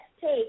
take